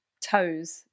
toes